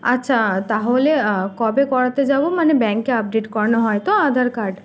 আচ্ছা তাহলে কবে করাতে যাবো মানে ব্যাংকে আপডেট করানো হয় তো আধার কার্ড